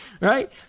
Right